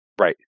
Right